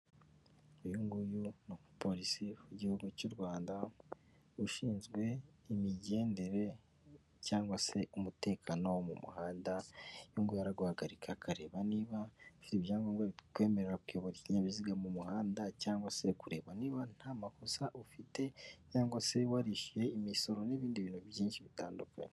uyu nguyu ni umupolisi w'igihugu cy'u Rwanda ushinzwe imigendere cyangwa se umutekano wo mu muhanda, uyunguyu araguhagarika akareba niba ifite ibyangombwa bikwemerera kuyobora ikinyabiziga mu muhanda cyangwa se kureba niba nta makosa ufite cyangwa se warishyuye imisoro n'ibindi bintu byinshi bitandukanye.